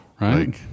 Right